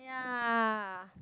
ya